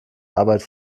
arbeit